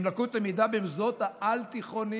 עם לקות למידה במוסדות על-תיכוניים,